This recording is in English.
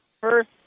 first